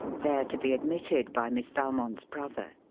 there to be admitted by miss valmond's brother.